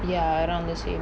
ya around the same